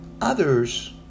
others